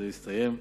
זה הסתיים.